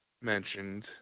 mentioned